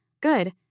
good